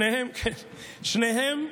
שניהם,